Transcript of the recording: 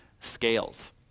scales